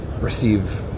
receive